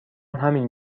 همین